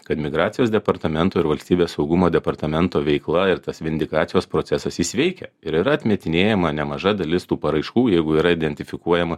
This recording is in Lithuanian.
kad migracijos departamento ir valstybės saugumo departamento veikla ir tas vindikacijos procesas jis veikia ir yra atmetinėjama nemaža dalis tų paraiškų jeigu yra identifikuojama